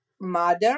mother